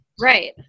Right